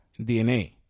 DNA